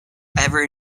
ever